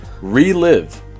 relive